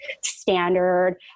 standard